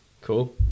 Cool